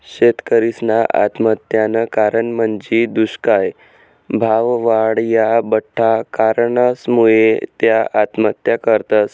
शेतकरीसना आत्महत्यानं कारण म्हंजी दुष्काय, भाववाढ, या बठ्ठा कारणसमुये त्या आत्महत्या करतस